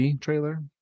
trailer